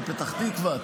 בפתח תקווה,